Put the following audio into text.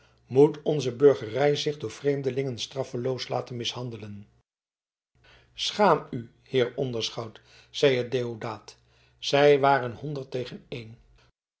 moet onze burgerij zich door vreemdelingen straffeloos laten mishandelen schaam u heer onderschout zeide deodaat zij waren honderd tegen één